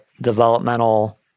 developmental